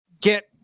get